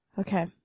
Okay